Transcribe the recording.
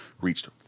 reached